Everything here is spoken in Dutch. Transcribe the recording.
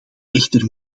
echter